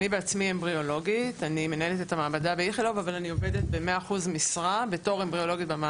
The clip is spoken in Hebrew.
אני בעצמי אמבריולוגית ואני מנהלת את המעבדה באיכילוב,